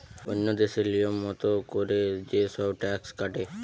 ওন্য দেশে লিয়ম মত কোরে যে সব ট্যাক্স কাটে